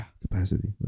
capacity